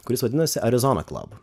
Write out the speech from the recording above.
kuris vadinasi arizona club